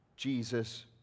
Jesus